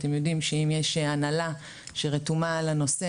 אתם יודעים שאם יש הנהלה שרתומה לנושא,